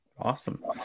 awesome